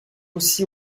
aussi